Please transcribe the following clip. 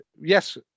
yes